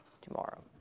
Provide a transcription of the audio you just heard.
tomorrow